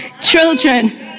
Children